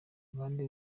bande